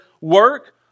work